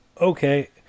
okay